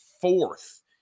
fourth